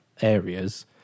areas